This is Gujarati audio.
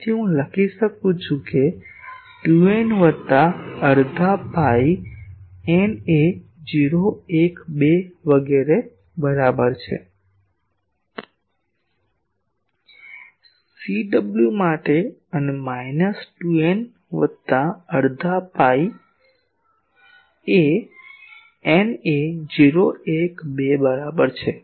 તેથી હું લખી શકું છું 2 n વત્તા અડધા પાઇ n એ 0 1 2 વગેરે બરાબર છે CW માટે અને માઈનસ 2 n વત્તા અડધા પાઈ n એ 0 1 2 બરાબર છે